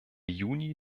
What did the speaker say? juni